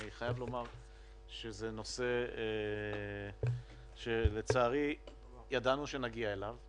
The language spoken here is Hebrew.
אני חייב לומר שזה נושא שלצערי ידענו שנגיע אליו.